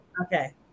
Okay